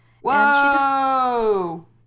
Whoa